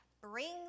Bring